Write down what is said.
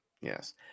Yes